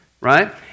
right